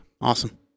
Awesome